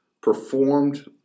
performed